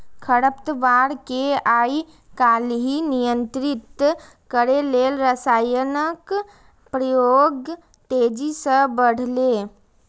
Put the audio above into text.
खरपतवार कें आइकाल्हि नियंत्रित करै लेल रसायनक प्रयोग तेजी सं बढ़लैए